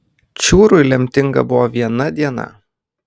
čiūrui lemtinga buvo viena diena